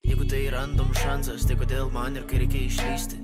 jeigu tai yra šansas tai kodėl man ir kai reikia išlįsti